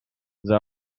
the